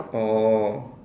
oh